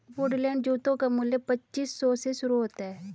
Woodland जूतों का मूल्य पच्चीस सौ से शुरू होता है